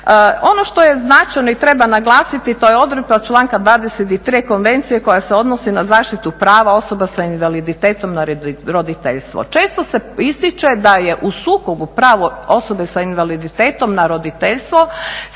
Ono što je značajno i treba naglasiti, to je odredba članka 23. Konvencije koja se odnosi na zaštitu prava osoba s invaliditetom na roditeljstvo. Često se ističe da je u sukobu pravo osobe s invaliditetom na roditeljstvo